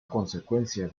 consecuencia